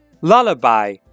lullaby